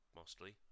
mostly